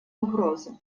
угрозы